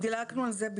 דילגנו על זה,